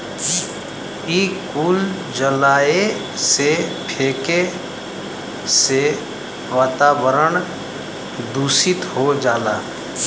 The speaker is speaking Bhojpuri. इ कुल जलाए से, फेके से वातावरन दुसित हो जाला